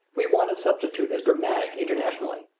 we want a substitute as dramatic internationally,